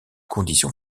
condition